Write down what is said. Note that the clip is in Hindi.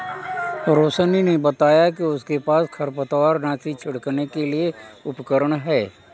रोशिनी ने बताया कि उसके पास खरपतवारनाशी छिड़कने के लिए उपकरण है